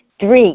Three